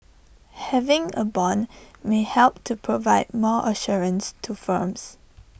having A Bond may help to provide more assurance to firms